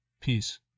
Peace